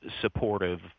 supportive